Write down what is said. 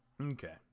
Okay